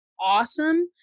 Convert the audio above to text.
awesome